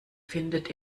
findet